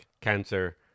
cancer